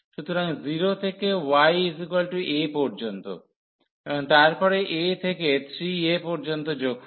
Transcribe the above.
সুতরাং 0 থেকে ya পর্যন্ত এবং তারপরে a থেকে 3a পর্যন্ত যোগফল